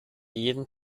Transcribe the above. jeden